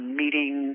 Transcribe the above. meeting